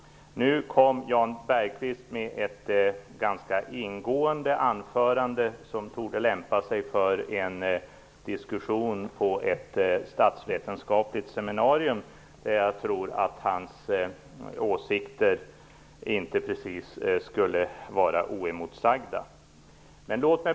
Nu höll Jan Bergqvist ett ingående anförande som torde lämpa sig för en diskussion på ett statsvetenskapligt seminarium, där jag tror att hans åsikter inte skulle vara oemotsagda.